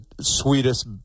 sweetest